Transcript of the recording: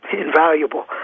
invaluable